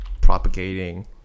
propagating